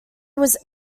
was